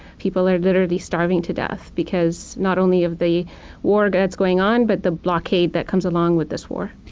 people are literally starving to death because not only of the war that's going on, but the blockade that comes along with this war.